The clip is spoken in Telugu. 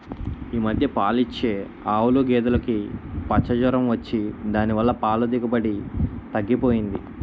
ఈ మధ్య పాలిచ్చే ఆవులు, గేదులుకి పచ్చ జొరం వచ్చి దాని వల్ల పాల దిగుబడి తగ్గిపోయింది